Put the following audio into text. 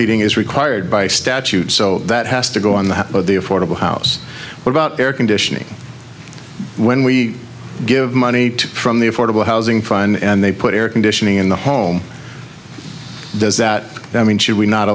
heating is required by statute so that has to go on that the affordable house without air conditioning when we give money to from the affordable housing for and they put air conditioning in the home does that i mean should we not